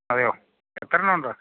അതെയോ എത്ര എണ്ണം ഉണ്ട്